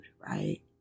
right